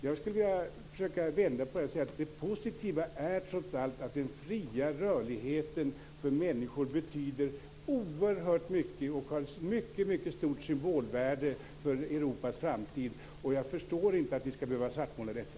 Jag skulle vilja vända på det och säga att det positiva trots allt är att den fria rörligheten för människor betyder oerhört mycket och har ett mycket stort symbolvärde för Europas framtid. Jag förstå inte att vi skall behöva svartmåla detta.